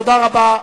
תודה רבה.